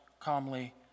calmly